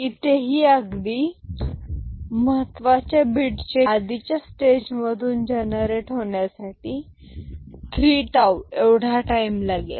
इथेही अगदी महत्त्वाच्या बीटचे कॅरी इनपुट आधीच्या स्टेज मधून जनरेट होण्यासाठी 3 टाऊ एवढा टाईम लागेल